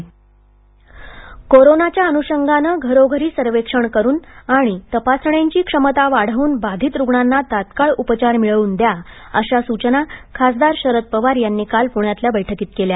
corona आढावा कोरोनाच्या अनुषंगाने घरोघरी सर्वेक्षण करून आणि तपासण्यांची क्षमता वाढवून बाधित रुग्णांना तत्काळ उपचार मिळवून द्या अशा सूचना खासदार शरद पवार यांनी काल पुण्यातल्या बैठकीत केल्या